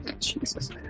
jesus